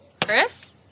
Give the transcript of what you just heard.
Chris